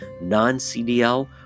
non-CDL